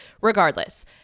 regardless